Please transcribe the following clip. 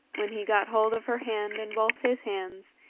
when he got hold of her hand in both his hands,